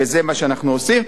וזה מה שאנחנו עושים.